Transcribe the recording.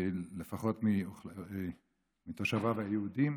לפחות מתושביו היהודים,